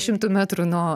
šimtų metrų nuo